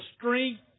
strength